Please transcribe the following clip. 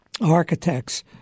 architects